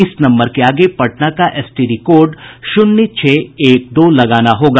इस नम्बर के आगे पटना का एसटीडी कोड शून्य छह एक दो लगाना होगा